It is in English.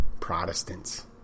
Protestants